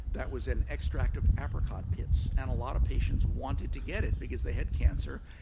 that was an extract of apricot pits. and a lot of patients wanted to get it because they had cancer.